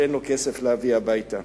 שאין לו כסף להביא הביתה.